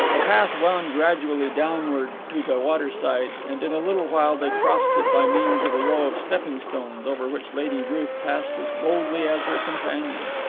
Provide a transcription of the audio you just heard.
the path wound gradually downward to the waterside, and in a little while they crossed it by means of a row of stepping-stones over which lady ruth passed as boldly as her companion.